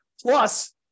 Plus